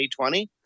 2020